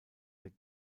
der